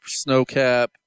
Snowcap